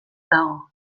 dago